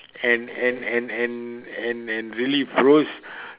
and and and and and and really froze